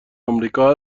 آمریکا